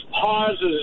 pauses